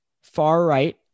far-right